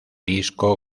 disco